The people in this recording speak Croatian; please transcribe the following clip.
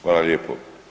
Hvala lijepo.